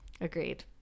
agreed